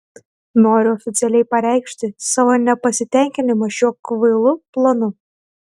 noriu oficialiai pareikšti savo nepasitenkinimą šiuo kvailu planu